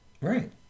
Right